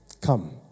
come